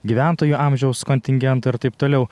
gyventojų amžiaus kontingento ir taip toliau